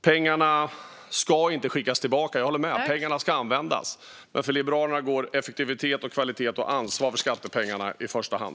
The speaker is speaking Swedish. Pengarna ska inte skickas tillbaka. Jag håller med om det. Pengarna ska användas. Men för Liberalerna går effektivitet, kvalitet och ansvar för skattepengarna i första hand.